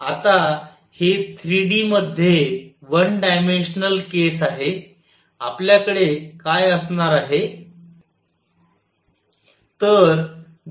आता हे 3 डी मध्ये वन डायमेन्शनल केस आहे आपल्याकडे काय असणार आहे